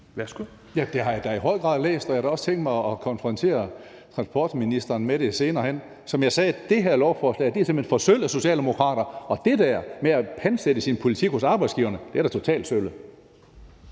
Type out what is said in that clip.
det har jeg da i høj grad læst, og jeg har da også tænkt mig at konfrontere transportministeren med det senere hen. Som jeg sagde: Det her lovforslag er simpelt hen for sølle, socialdemokrater! Og det der med at pantsætte sin politik hos arbejdsgiverne er da totalt sølle.